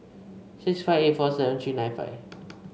six five eight four seven three nine five